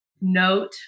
note